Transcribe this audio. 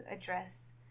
address